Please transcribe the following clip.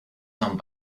come